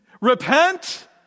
repent